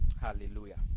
Hallelujah